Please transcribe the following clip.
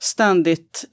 Ständigt